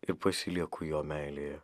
ir pasilieku jo meilėje